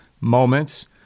moments